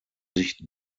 sich